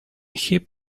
hip